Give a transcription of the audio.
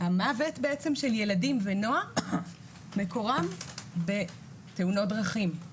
המוות בעצם של ילדים ונוער, מקורם בתאונות דרכים.